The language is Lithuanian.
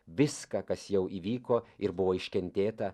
viską kas jau įvyko ir buvo iškentėta